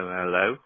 hello